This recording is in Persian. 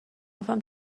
گفتم